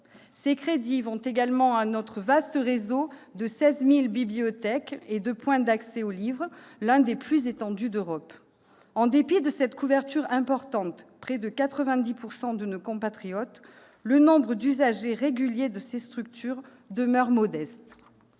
Ces crédits vont également à notre vaste réseau de 16 000 bibliothèques et de points d'accès au livre, l'un des plus étendus d'Europe. En dépit de cette couverture importante- près de 90 % de nos compatriotes -, le nombre d'usagers réguliers de ces structures demeure modeste.